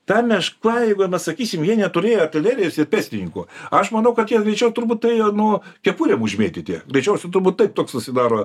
ta meška jeigu mes sakysim jie neturėjo artilerijos ir pėstininkų aš manau kad jie greičiau turbūt ėjo nu kepurėm užmėtyti greičiausia turbūt taip toks susidaro